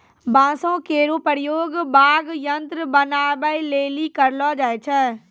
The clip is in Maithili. बांसो केरो प्रयोग वाद्य यंत्र बनाबए लेलि करलो जाय छै